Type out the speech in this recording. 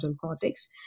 cortex